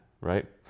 right